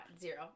zero